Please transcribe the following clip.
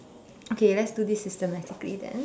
okay let's do this systematically then